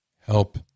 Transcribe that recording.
help